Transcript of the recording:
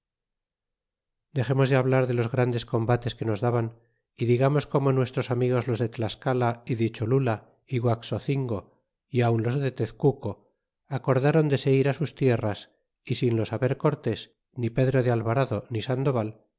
dexemos de hablar de los grandes combates que nos daban y digamos como nuestros amigos los de tlascala y de cholula y guaxocingo y aun los de tezcuco aeordáron de se ir á sus tierras y sin lo saber cortés ni pedro de alvarado ni sandoval